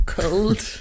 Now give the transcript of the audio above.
cold